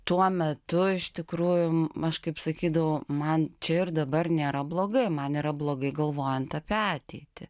tuo metu iš tikrųjų aš kaip sakydavau man čia ir dabar nėra blogai man yra blogai galvojant apie ateitį